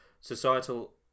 societal